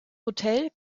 hotel